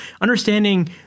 understanding